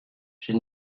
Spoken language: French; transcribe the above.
j’ai